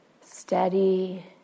Steady